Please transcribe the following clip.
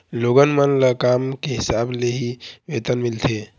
लोगन मन ल काम के हिसाब ले ही वेतन मिलथे